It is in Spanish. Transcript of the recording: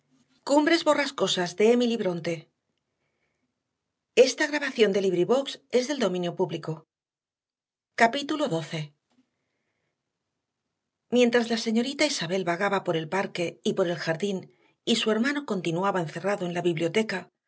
capítulo doce mientras la señorita isabel vagaba por el parque y por el jardín y su hermano continuaba encerrado en la biblioteca